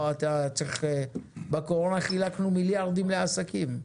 בקורונה חילקנו מיליארדים לעסקים.